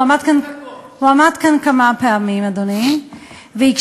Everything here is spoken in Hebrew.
הוא עמד כאן, עשר